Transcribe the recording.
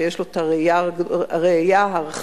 שגם יש לו הראייה הרחבה,